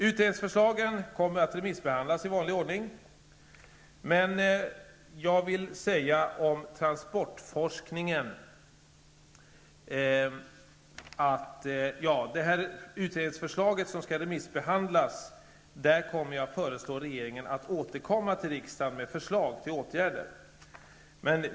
Utredningsförslagen kommer att remissbehandlas i vanlig ordning, och jag kommer sedan att föreslå regeringen att återkomma till riksdagen med förslag till åtgärder.